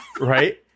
right